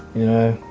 you know,